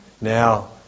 Now